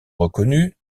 reconnue